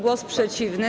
Głos przeciwny.